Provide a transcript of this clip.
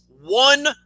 one